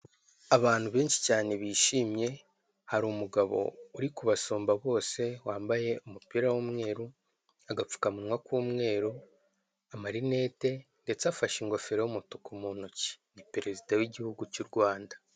Abantu benshi cyane bishimye hari umugabo uri kubasumba bose wambaye umupira w'umweru agapfukamunwa k'umweru amarinete ndetse afashe ingofero y'umutuku mu ntoki ni perezida w'igihugu cy'u Rwanda.